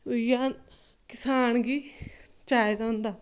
उऐ किसान गी चाहिदा हुंदा